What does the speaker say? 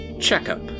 checkup